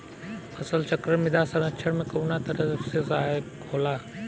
फसल चक्रण मृदा संरक्षण में कउना तरह से सहायक होला?